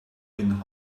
been